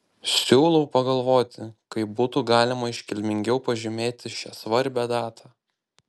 siūlau pagalvoti kaip būtų galima iškilmingiau pažymėti šią svarbią datą